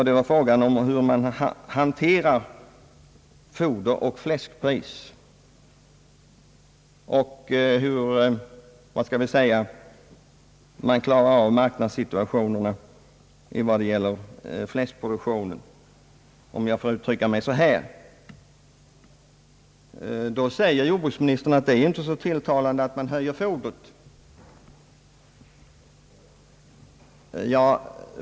Det gällde hur man hanterar foderoch fläskpris och hur man klarar marknadssituationen när det gäller fläskproduktionen, om jag får uttrycka mig så. Jordbruksministern säger, att det inte är så tilltalande att man höjer fodersädspriset för att klara en besvärlig marknadssituation.